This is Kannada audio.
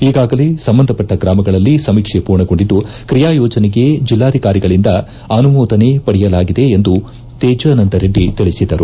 ಈಗಾಗಲೇ ಸಂಬಂಧಪಟ್ಟ ಗ್ರಾಮಗಳಲ್ಲಿ ಸಮೀಕ್ಷೆ ಪೂರ್ಣಗೊಂಡಿದ್ದು ಕ್ರಿಯಾಯೋಜನೆಗೆ ಜಿಲ್ಲಾಧಿಕಾರಿಗಳಿಂದ ಅನುಮೋದನೆ ಪಡೆಯಲಾಗಿದೆ ಎಂದು ತೇಜಾನಂದರೆಡ್ಡಿ ತಿಳಿಸಿದರು